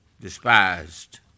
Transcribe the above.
despised